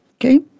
okay